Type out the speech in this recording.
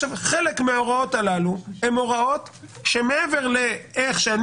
חלק מההוראות הללו הן הוראות מעבר לאיך שאני